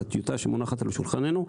לטיוטה שמונחת על שולחננו,